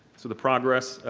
so the progress,